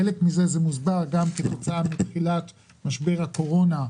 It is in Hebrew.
חלק מזה מוסבר כתוצאה מתחילת משבר הקורונה,